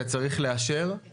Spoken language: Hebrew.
לשמוע את